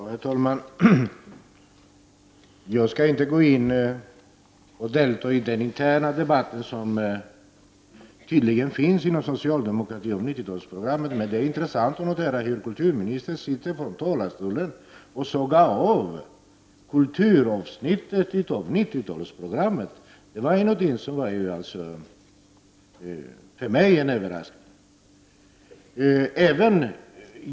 Herr talman! Jag skall inte gå in och delta i den interna debatt som tydligen finns inom det socialdemokratiska partiet om 90-talsprogrammet. Men det är intressant att notera att kulturministern från talarstolen sågar av kulturavsnittet i 90-talsprogrammet. Det var en överraskning för mig.